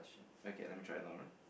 okay let me try another one